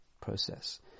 process